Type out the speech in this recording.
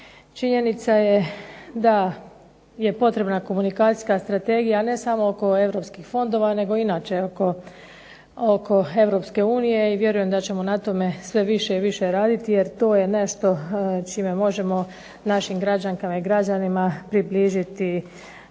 Činjenica je da je potrebna komunikacijska strategija ali ne samo oko europskih fondova nego inače oko EU i vjerujem da ćemo na tome sve više i više raditi, jer to je nešto čime možemo našim građankama i građanima približiti